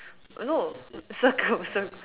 no circle cir~